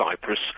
Cyprus